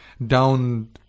down